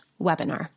webinar